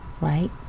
right